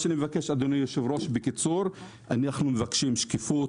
אני מבקש, אדוני היושב-ראש, בקיצור, זה שקיפות,